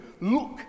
look